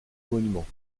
monument